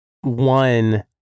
One